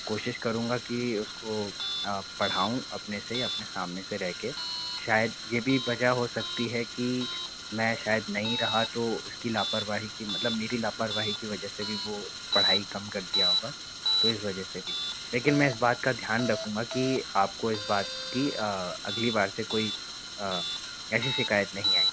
कोशिश करूँगा कि उसको पढ़ाऊँ अपने से अपने सामने से रहकर शायद ये भी वजह हो सकती है कि मैं शायद नहीं रहा तो उसकी लापरवाही कि मतलब मेरी लापरवाही की वजह से भी वो पढ़ाई कम कर दिया होगा तो इस वजह से भी लेकिन मैं इस बात का ध्यान रखूँगा कि आपको इस बात की अगली बार से कोई ऐसी शिकायत नहीं आएगी